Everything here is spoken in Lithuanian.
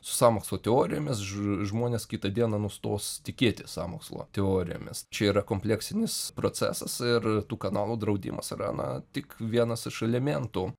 su sąmokslo teorijomis žmonės kitą dieną nustos tikėti sąmokslo teorijomis čia yra kompleksinis procesas ir tų kanalų draudimas yra na tik vienas iš elementų